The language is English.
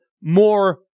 more